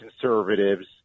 conservatives